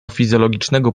fizjologicznego